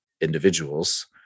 individuals